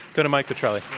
go to mike petrilli.